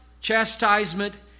chastisement